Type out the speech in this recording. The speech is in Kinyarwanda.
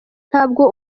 ntabwo